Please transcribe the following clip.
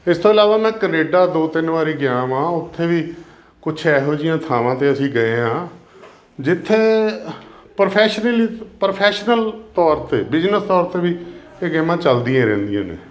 ਇਸ ਤੋਂ ਇਲਾਵਾ ਮੈਂ ਕਨੇਡਾ ਦੋ ਤਿੰਨ ਵਾਰੀ ਗਿਆ ਹਾਂ ਉੱਥੇ ਵੀ ਕੁਛ ਇਹੋ ਜਿਹੀਆਂ ਥਾਵਾਂ 'ਤੇ ਅਸੀਂ ਗਏ ਹਾਂ ਜਿੱਥੇ ਪ੍ਰੋਫੈਸ਼ਨਲੀ ਪ੍ਰੋਫੈਸ਼ਨਲ ਤੌਰ 'ਤੇ ਬਿਜਨਸ ਤੌਰ 'ਤੇ ਵੀ ਇਹ ਗੇਮਾਂ ਚੱਲਦੀਆਂ ਰਹਿੰਦੀਆਂ ਨੇ